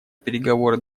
переговоры